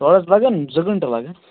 تور حظ لَگن زٕ گھنٹہٕ لَگن